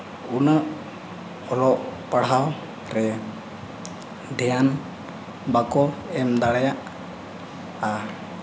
ᱩᱱᱟᱹᱜ ᱚᱞᱚᱜ ᱯᱟᱲᱦᱟᱣ ᱨᱮ ᱫᱷᱮᱭᱟᱱ ᱵᱟᱠᱚ ᱮᱢ ᱫᱟᱲᱮᱭᱟᱜᱼᱟ